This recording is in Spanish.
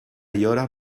llora